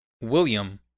William